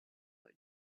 her